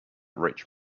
rich